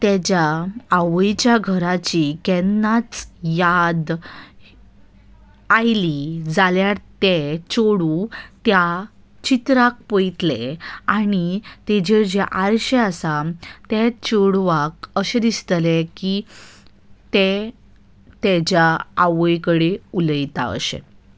तेज्या आवयच्या घराची केन्नाच याद आयली जाल्यार तें चेडूं त्या चित्राक पळयतलें आनी ताचेर जे आरशे आसा त्या चेडवाक अशें दिसतलें की तें ताच्या आवय कडेन उलयता अशें